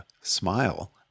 smile